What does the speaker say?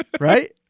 Right